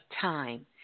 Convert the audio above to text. time